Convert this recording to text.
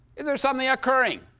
is there something occurring?